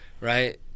Right